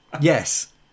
Yes